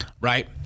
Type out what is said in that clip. Right